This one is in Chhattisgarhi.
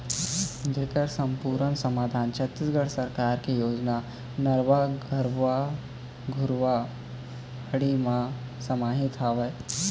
जेखर समपुरन समाधान छत्तीसगढ़ सरकार के योजना नरूवा, गरूवा, घुरूवा, बाड़ी म समाहित हवय